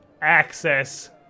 access